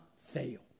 fail